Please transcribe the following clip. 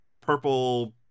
purple